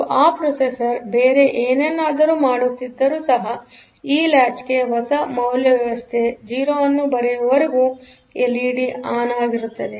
ಮತ್ತು ಆ ಪ್ರೊಸೆಸರ್ ಬೇರೆ ಏನನ್ನಾದರೂ ಮಾಡುತ್ತಿದ್ದರೂ ಸಹಈ ಲಾಚ್ಗೆ ಹೊಸ ಮೌಲ್ಯ ವ್ಯವಸ್ಥೆ 0 ಅನ್ನು ಬರೆಯುವರೆಗೆ ಎಲ್ಇಡಿ ಆನ್ ಆಗಿರುತ್ತದೆ